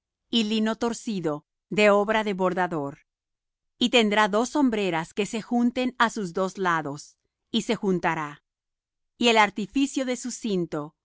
y lino torcido de obra de bordador tendrá dos hombreras que se junten á sus dos lados y se juntará y el artificio de su cinto